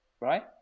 right